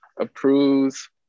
approves